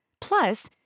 Plus